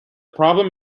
problem